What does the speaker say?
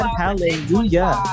hallelujah